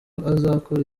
azakora